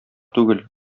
түгел